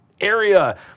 area